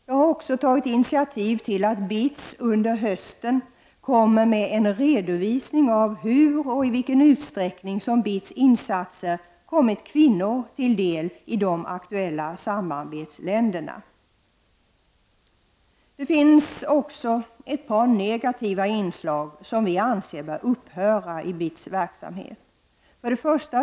Vi har också tagit initiativ till att BITS under hösten kommer med en redovisning av hur och i vilken utsträckning BITS insatser kommit kvinnor till del i de aktuella samarbetsländerna. Det finns också ett par negativa inslag inom BITS verksamhet som vi anser bör upphöra.